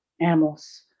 Animals